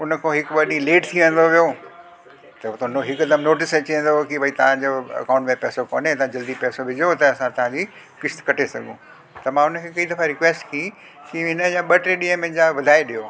उन खां हिकु ॿ ॾींहं लेट थी वेंदो हुयो त हुतो खों हिकदमु नोटिस अची वेंदी हुओ की भाई तव्हांजो अकाउंट में पैसो कोन्हे ता जल्दी पैसो विझो त असां तव्हांजी किश्त कटे सघूं त मां उनखे कई दफ़ा रिक्वेस्ट कई कि हिनजा ॿ टे ॾींहं मुंहिंजा वधाए ॾियो